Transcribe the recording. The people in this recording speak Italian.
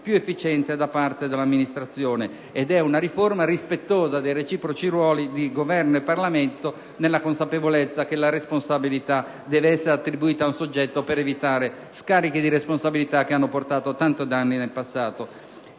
più efficiente da parte dell'amministrazione. È, inoltre, una riforma rispettosa dei reciproci ruoli di Governo e Parlamento, nella consapevolezza che la responsabilità deve essere attribuita a un soggetto per evitare scarichi di responsabilità che hanno portato tanti danni nel passato.